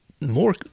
more